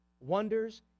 wonders